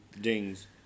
dings